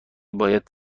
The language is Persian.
باید